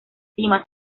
cima